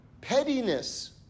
pettiness